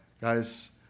Guys